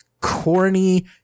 corny